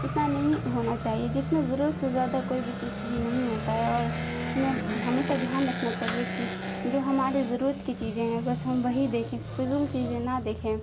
اتنا نہیں ہونا چاہیے جتنا ضرورت سے زیادہ کوئی بھی چیز صحیح نہیں ہوتا ہے اور ہمیں ہمیسہ دھیان رکھنا چاہیے کہ جو ہمارے ضرورت کی چیزیں ہیں بس ہم وہی دیکھیں فضول چیزیں نہ دیکھیں